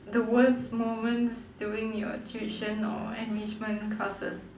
the worse moments during your tuition or enrichment classes